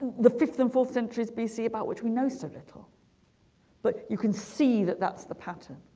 the fifth and fourth centuries bc about which we know so little but you can see that that's the pattern